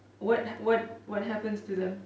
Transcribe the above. what what what happens to them